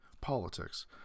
politics